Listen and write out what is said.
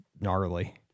gnarly